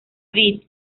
vid